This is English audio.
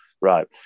Right